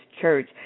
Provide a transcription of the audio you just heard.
church